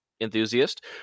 enthusiast